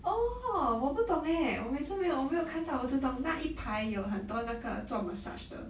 orh 我不懂 eh 我每次没有我没有看到我只懂那一排有很多那个做 massage 的